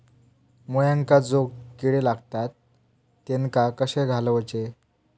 मुळ्यांका जो किडे लागतात तेनका कशे घालवचे?